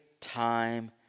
time